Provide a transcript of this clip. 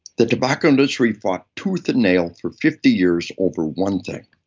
the tobacco industry fought tooth and nail for fifty years over one thing,